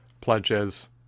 pledges